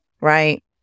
right